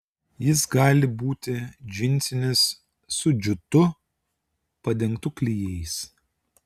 jis gali būti džinsinis su džiutu padengtu klijais